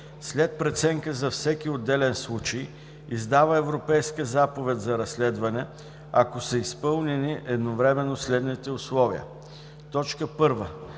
след преценка за всеки отделен случай издава Европейска заповед за разследване, ако са изпълнени едновременно следните условия: 1.